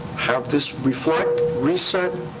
have this reflect, reset,